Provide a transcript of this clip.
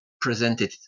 presented